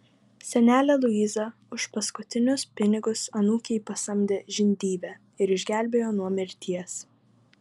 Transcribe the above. senelė luiza už paskutinius pinigus anūkei pasamdė žindyvę ir išgelbėjo nuo mirties